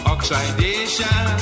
Oxidation